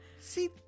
see